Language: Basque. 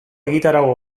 egitarau